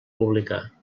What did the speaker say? publicar